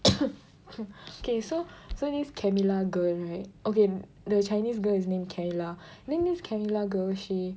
okay so so this Camila girl right okay the chinese girl is named Kayla then this Camila girl she